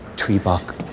tree bark.